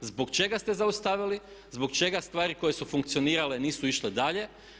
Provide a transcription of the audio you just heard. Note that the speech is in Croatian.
Zbog čega ste zaustavili, zbog čega stvari koje su funkcionirale nisu išle dalje?